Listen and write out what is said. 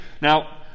Now